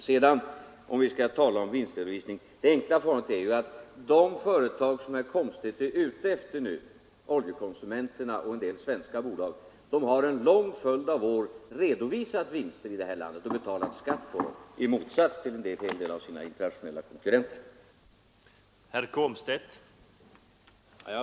Skall vi tala om vinstredovisningar så vill jag peka på det enkla förhållandet att de företag som herr Komstedt är ute efter — Oljekonsumenterna och en del andra svenska företag — en lång följd av år har redovisat vinster här i landet och betalat skatt på dem i motsats till en hel del av sina internationella konkurrenter. tens inverkan på konkurrensen